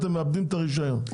הם יאבדו את הרישיון.